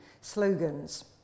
slogans